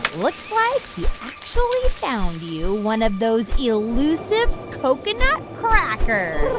looks like he actually found you one of those elusive coconut crackers